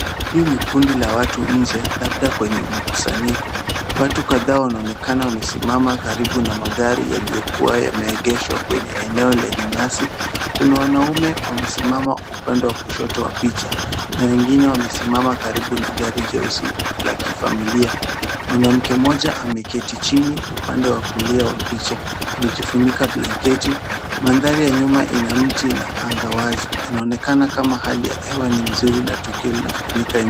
Hii ni kundi ya watu nje, labda kwenye mkusanyiko. Watu ambao wanaonekana wamesimama karibu na magari yaliyokuwa yameegeshwa kwenye eneo lenye nyasi. Kuna wanaume wamesimama upande wa kushoto ya picha, na wengine wamesimama karibu na gari jeusi la kifamilia. Mwanamke moja ameketi chini upande wa kulia wa picha amejifunika blanketi. Mandhari ya nyuma ina mti na anga wazi. Inaonekana hali ya hewa ni nzuri na tukio linafanyika nje.